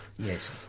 Yes